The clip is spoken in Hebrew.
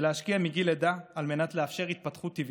ולהשקיע מגיל לידה על מנת לאפשר התפתחות טבעית.